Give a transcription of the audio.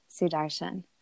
Sudarshan